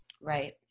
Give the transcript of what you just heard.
Right